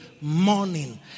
morning